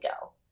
go